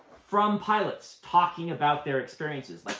from pilots talking about their experiences. like,